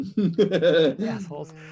Assholes